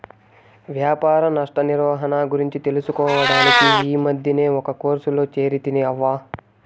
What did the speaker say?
వ్యాపార నష్ట నిర్వహణ గురించి తెలుసుకోడానికి ఈ మద్దినే ఒక కోర్సులో చేరితిని అవ్వా